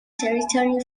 territory